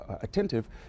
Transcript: attentive